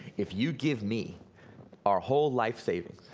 if you give me our whole life savings,